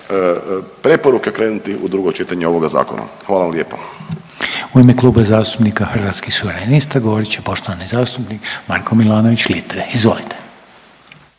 preporuke krenuti u drugo čitanje ovoga zakona. Hvala vam lijepa. **Reiner, Željko (HDZ)** U ime Kluba zastupnika Hrvatskih suverenista govorit će poštovani zastupnik Marko Milanović Litre. Izvolite.